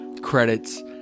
credits